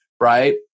Right